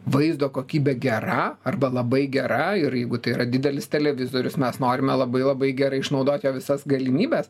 vaizdo kokybė gera arba labai gera ir jeigu tai yra didelis televizorius mes norime labai labai gerai išnaudot jo visas galimybes